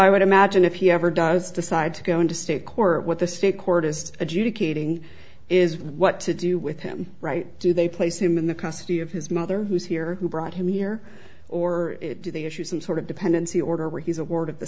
i would imagine if he ever does decide to go into state court what the state court is adjudicating is what to do with him right do they place him in the custody of his mother who's here who brought him here or do they issue some sort of dependency order or he's a ward of the